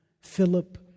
Philip